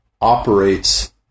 operates